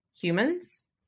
humans